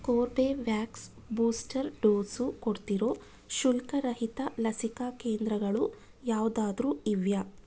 Corbevax booster dose ಕೊಡ್ತಿರೋ ಶುಲ್ಕರಹಿತ ಲಸಿಕಾ ಕೇಂದ್ರಗಳು ಯಾವುದಾದ್ರು ಇವೆಯಾ